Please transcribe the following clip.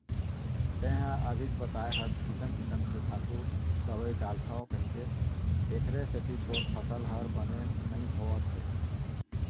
तेंहा अभीच बताए हस किसम किसम के खातू, दवई डालथव कहिके, एखरे सेती तोर फसल ह बने नइ होवत हे